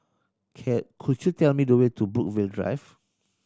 can could you tell me the way to Brookvale Drive